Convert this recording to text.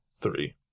Three